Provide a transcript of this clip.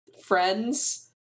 friends